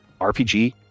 RPG